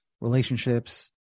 relationships